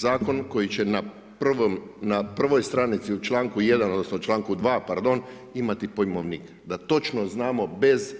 Zakon koji će na prvoj stranici u članku 1., odnosno članku 2. pardon imati pojmovnik, da točno znamo bez